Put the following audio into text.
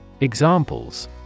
Examples